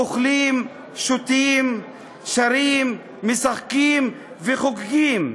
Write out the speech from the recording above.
אוכלים, שותים, שרים, משחקים וחוגגים,